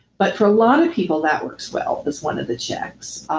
but for a lot of people, that works well, is one of the checks